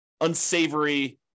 unsavory